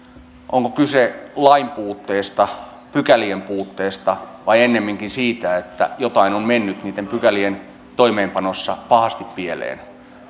onko kyse lain puutteesta pykälien puutteesta vai ennemminkin siitä että jotain on mennyt niitten pykälien toimeenpanossa pahasti pieleen